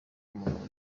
umugabo